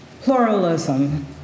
Pluralism